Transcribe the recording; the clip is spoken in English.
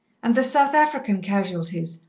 and the south african casualties,